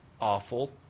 awful